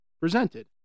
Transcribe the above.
presented